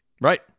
right